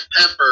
pepper